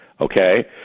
okay